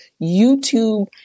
YouTube